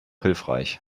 hilfreich